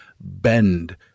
bend